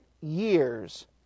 years